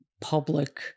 Public